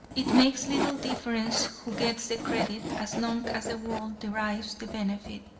it makes little difference who gets the credit, as long as the world derives the benefit.